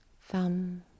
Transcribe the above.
thumb